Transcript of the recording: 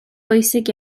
bwysig